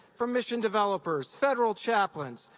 from mission developers, federal chaplains,